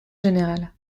général